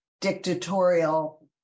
dictatorial